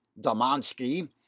Damansky